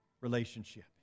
relationship